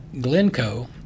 glencoe